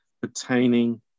pertaining